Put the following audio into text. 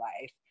life